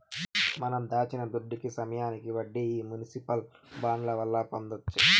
మనం దాచిన దుడ్డుకి సమయానికి వడ్డీ ఈ మునిసిపల్ బాండ్ల వల్ల పొందొచ్చు